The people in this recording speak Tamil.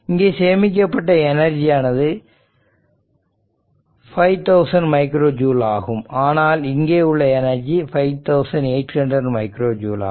இங்கே சேமிக்கப்பட்ட எனர்ஜியானது 5000 மைக்ரோ ஜூல் ஆகும் ஆனால் இங்கே உள்ள எனர்ஜி 5800 மைக்ரோ ஜூல் ஆகும்